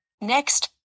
Next